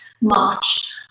March